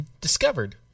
Discovered